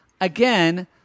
again